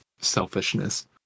selfishness